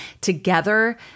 together